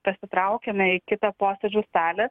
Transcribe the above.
pasitraukėme į kitą posėdžių salę